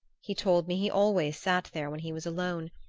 he told me he always sat there when he was alone,